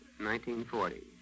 1940